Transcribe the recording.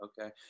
Okay